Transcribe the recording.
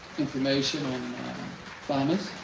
information on farmers.